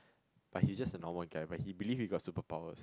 but he's just a normal guy but he believe he got superpowers